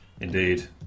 indeed